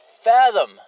fathom